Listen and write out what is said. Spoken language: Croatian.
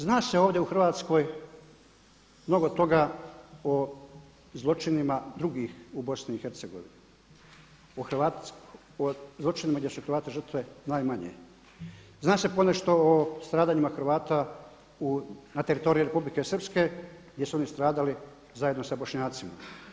Zna se ovdje u Hrvatskoj mnogo toga o zločinima drugih u Bosni i Hercegovini, o zločinima gdje su Hrvati žrtve najmanje, zna se ponešto o stradanjima Hrvata na teritoriju Republike Srpske gdje su oni stradali zajedno sa Bošnjacima.